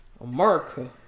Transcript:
America